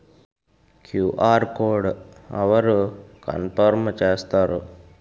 QR code అవరు confirm చేస్తారు?